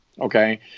Okay